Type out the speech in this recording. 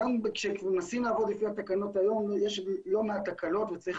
גם כשמנסים לעבוד לפי התקנות היום יש לא מעט תקלות וצריך